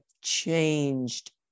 changed